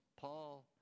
Paul